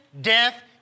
death